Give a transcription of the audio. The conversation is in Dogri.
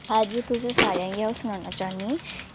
अज्ज तुसें सारें गी अ'ऊं सनाना चाह्न्नी आं